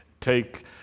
take